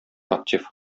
актив